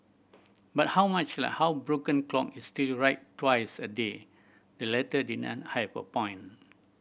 but how much like how broken clock is still right twice a day the letter didn't have a point